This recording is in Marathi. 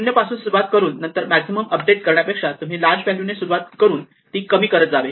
0 पासून सुरुवात करून नंतर मॅक्झिमम अपडेट करण्यापेक्षा तुम्ही लार्ज व्हॅल्यू ने सुरुवात करून ती कमी करत जावे